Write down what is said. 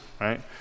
right